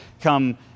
come